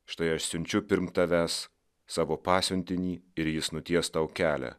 štai aš siunčiu pirm tavęs savo pasiuntinį ir jis nuties tau kelią